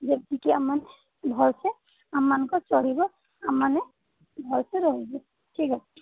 ଯେତିକି ଆମେମାନେ ଭଲରେ ଆମମାନଙ୍କ ଚଳିବ ଆମମାନେ ଭଲସେ ରହିବୁ ଠିକ୍ ଅଛି